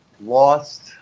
lost